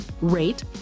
rate